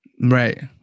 Right